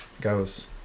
goes